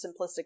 simplistic